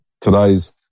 today's